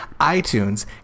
itunes